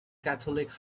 catholic